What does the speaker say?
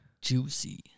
juicy